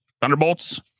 Thunderbolts